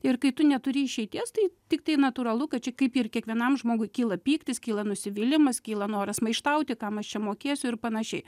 ir kai tu neturi išeities tai tiktai natūralu kad čia kaip ir kiekvienam žmogui kyla pyktis kyla nusivylimas kyla noras maištauti kam aš čia mokėsiu ir panašiai